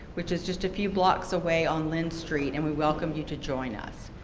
which is just a few blocks away on linn street. and we welcome you to join us.